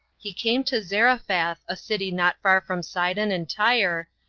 he came to zarephath, a city not far from sidon and tyre,